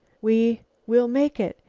we we'll make it,